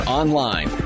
online